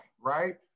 right